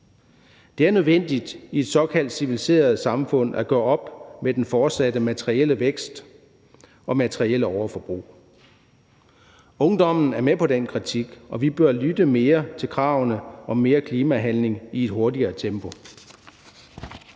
Det er nødvendigt i et såkaldt civiliseret samfund at gøre op med den fortsatte materielle vækst og et materielt overforbrug. Ungdommen er med på den kritik, og vi bør lytte mere til kravene om mere klimahandling i et hurtigere tempo.